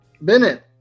Bennett